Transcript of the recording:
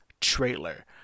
trailer